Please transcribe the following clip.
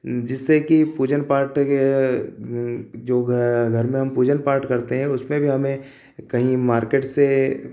जिससे कि पूजन पाठ के जो कि घर में हम पूजन पाठ करते हैं उसमें भी हमें कहीं मार्केट से